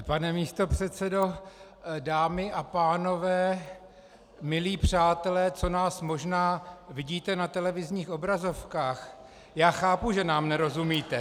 Pane místopředsedo, dámy a pánové, milí přátelé, co nás možná vidíte na televizních obrazovkách, já chápu, že nám nerozumíte.